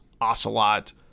Ocelot